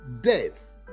death